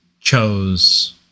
chose